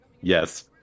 Yes